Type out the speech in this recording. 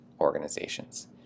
organizations